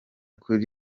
kure